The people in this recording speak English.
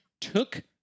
took